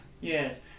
Yes